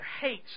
hates